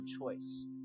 choice